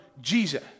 Jesus